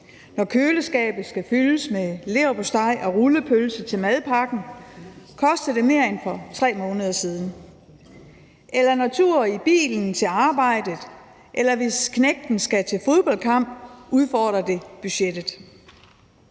Når køleskabet skal fyldes med leverpostej og rullepølse til madpakken, koster det mere end for 3 måneder siden, og tager man turen i bilen til arbejdet, eller skal knægten se en fodboldkamp, udfordrer det budgettet.